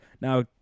Now